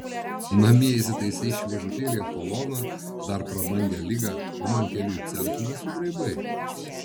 namie įsitaisei šviežutėlį apoloną dar prabangią ligą o man kelių centų nesugraibai